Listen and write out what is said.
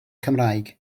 cymraeg